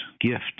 gift